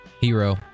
Hero